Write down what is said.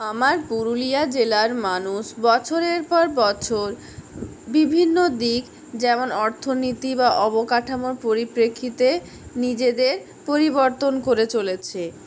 আমার পুরুলিয়া জেলার মানুষ বছরের পর বছর বিভিন্ন দিক যেমন অর্থনীতি বা অবকাঠামোর পরিপ্রেক্ষিতে নিজেদের পরিবর্তন করে চলেছে